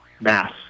mass